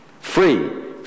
Free